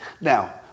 Now